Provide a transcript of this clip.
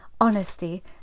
honesty